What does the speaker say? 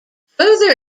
further